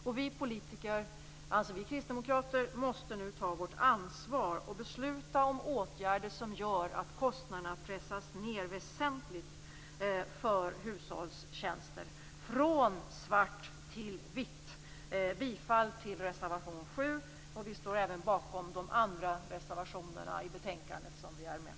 Vi kristdemokrater anser att vi politiker nu måste ta vårt ansvar och besluta om åtgärder som gör att kostnaderna pressas ned väsentligt för hushållstjänster. Från svart till vitt! Jag yrkar bifall till reservation 7. Vi står även bakom de andra reservationer som vi är med på i betänkandet.